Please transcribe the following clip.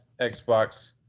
Xbox